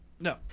No